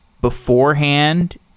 beforehand